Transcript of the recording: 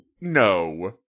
No